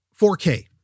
4k